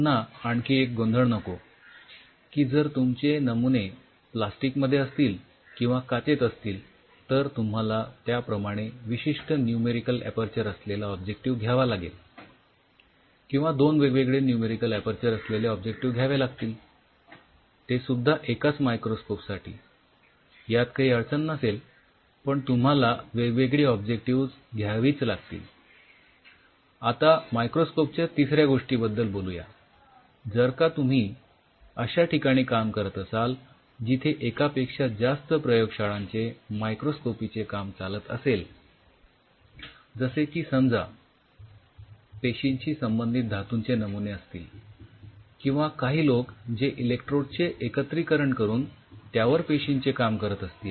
पुन्हा आणखी एक गोंधळ नको की जर तुमचे नमुने प्लास्टिक मध्ये असतील किंवा काचेत असतील तर तुम्हाला त्याप्रमाणे विशिष्ठ न्यूमेरिकल ऍपर्चर असलेला ऑब्जेक्टिव्ह घ्यावा लागेल किंवा दोन वेगवेगळे न्यूमेरिकल ऍपर्चर असलेले ऑब्जेक्टिव्ह घ्यावे लागतील